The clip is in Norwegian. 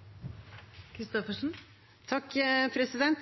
at hverdagen